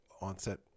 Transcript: onset